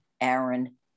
Aaron